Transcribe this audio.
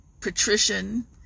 patrician